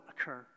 occur